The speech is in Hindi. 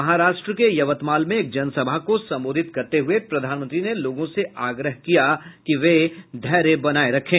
महाराष्ट्र के यवतमाल में एक जनसभा को सम्बोधित करते हुए प्रधानमंत्री ने लोगों से आग्रह किया कि वे धैर्य बनाये रखें